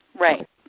Right